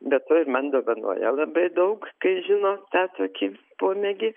beto ir man dovanoja labai daug žino tą tokį pomėgį